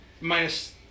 Minus